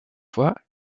fois